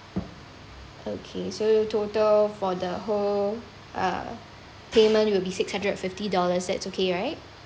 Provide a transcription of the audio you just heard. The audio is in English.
okay so total for the whole uh payment will be six hundred fifty dollars that's okay right